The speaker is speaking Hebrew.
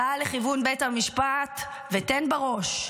סע לכיוון בית המשפט ותן בראש.